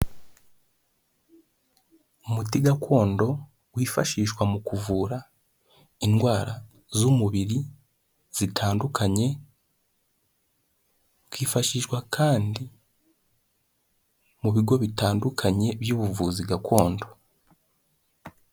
umuti gakondo wifashishwa mu kuvura indwara z'umubiri zitandukanye ukifashishwa kandi mu bigo bitandukanye by'ubuvuzi gakondo.